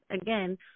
again